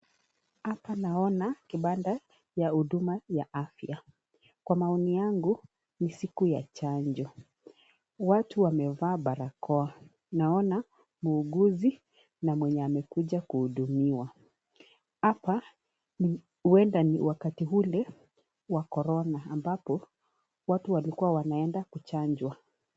Hapa naona kipanda ya afta kwa maoni yangu ni siku ya chanjo watu wamevaa barakoa na muuguzi na mwenye amekuja kuhudumiwa hapa huenda ni wakati ule wa 'corona' ambapo watu walikuwa wanaenda kuchanjwa.